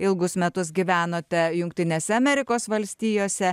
ilgus metus gyvenote jungtinėse amerikos valstijose